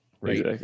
Right